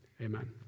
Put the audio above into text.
Amen